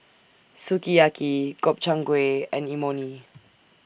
Sukiyaki Gobchang Gui and Imoni